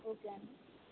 okay అండి